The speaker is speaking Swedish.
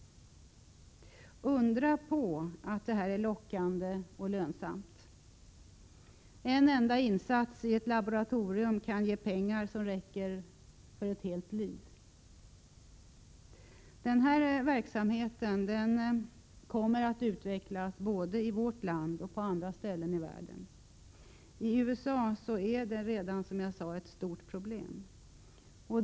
Undra på att detta är lockande och lönsamt! En enda insats i ett laboratorium kan ge pengar som räcker för ett helt liv. Den här verksamheten kommer att utvecklas både i vårt land och på andra hålli världen. I USA är detta redan, som jag sade, ett stort problem.